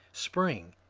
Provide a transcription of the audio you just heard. spring,